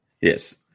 Yes